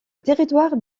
territoire